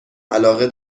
علاقه